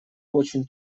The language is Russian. очень